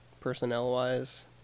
personnel-wise